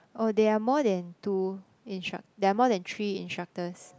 oh there are more than two instruc~ there are more than three instructors